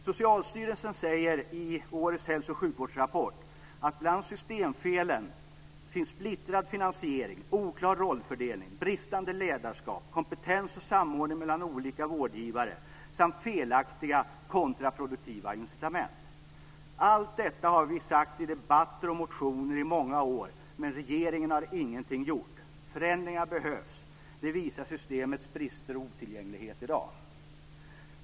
Socialstyrelsen säger i årets Hälso och sjukvårdsrapport att bland systemfelen finns splittrad finansiering, oklar rollfördelning, bristande ledarskap, kompetens och samordning mellan olika vårdgivare samt felaktiga kontraproduktiva incitament. Allt detta har vi sagt i debatter och motioner i många år, men regeringen har inget gjort. Förändringar behövs, det visar systemets brister och otillgänglighet i dag.